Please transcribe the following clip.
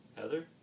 Heather